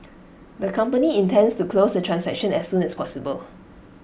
the company intends to close the transaction as soon as possible